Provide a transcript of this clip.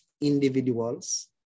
individuals